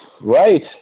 Right